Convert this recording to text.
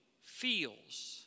feels